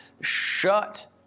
shut